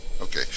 Okay